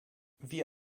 wie